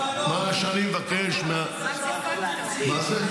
--- תקציבית --- מה שאני מבקש, מה זה?